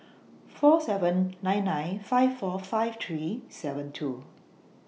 four seven nine nine five four five three seven two